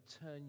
turn